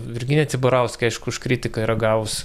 virginija cibarauskė aišku už kritiką yra gavusi